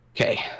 Okay